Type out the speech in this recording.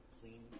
clean